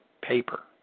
paper